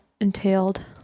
entailed